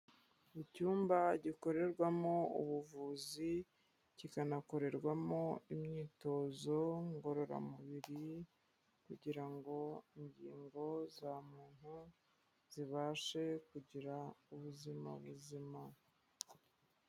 Mu cyumba gikorerwamo ubuvuzi kikanakorerwamo imyitozo ngororamubiri, kugira ngo ingingo za muntu zibashe kugira ubuzima buzima.